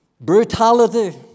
brutality